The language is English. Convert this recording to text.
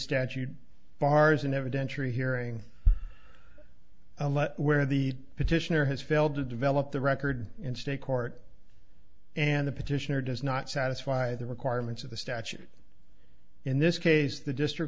statute bars an evidentiary hearing where the petitioner has failed to develop the record in state court and the petitioner does not satisfy the requirements of the statute in this case the district